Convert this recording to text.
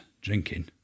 drinking